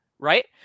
Right